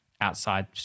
outside